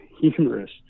humorous